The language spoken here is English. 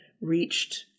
reached